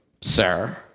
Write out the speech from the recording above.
Sir